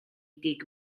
gig